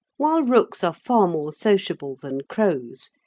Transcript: while rooks are far more sociable than crows,